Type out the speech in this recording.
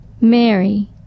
Mary